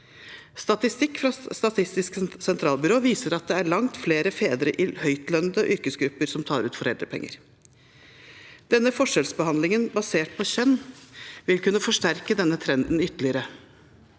Statistikk fra Statistisk sentralbyrå viser at det er langt flere fedre i høytlønnede yrkesgrupper som tar ut foreldrepenger. Denne forskjellsbehandlingen basert på kjønn vil kunne forsterke denne trenden ytterligere